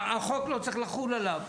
החוק לא צריך לחול עליו.